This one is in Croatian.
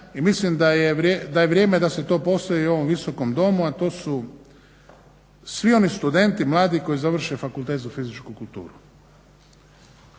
mislim da je vrijeme da se to postavi i ovom visokom Domu, a to su svi oni studenti, mladi koji završe fakultet za fizičku kulturu.